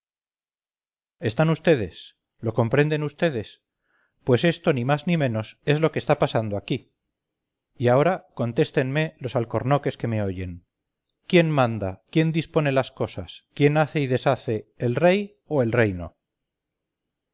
están vds lo comprenden vds pues esto ni más ni menos es lo que está pasando aquí y ahora contéstenme los alcornoques que me oyen quién manda quién dispone las cosas